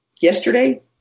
Yesterday